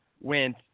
went